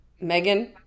Megan